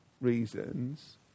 reasons